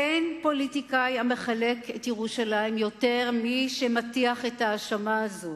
אין פוליטיקאי המחלק את ירושלים יותר ממי שמטיח את ההאשמה הזאת,